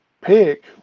pick